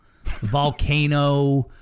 Volcano